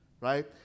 right